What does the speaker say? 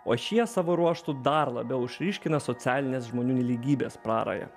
o šie savo ruožtu dar labiau išryškina socialines žmonių nelygybės prarają